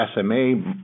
SMA